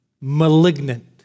malignant